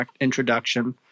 introduction